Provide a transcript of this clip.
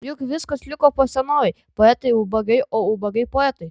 juk viskas liko po senovei poetai ubagai o ubagai poetai